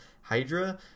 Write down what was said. hydra